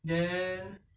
mm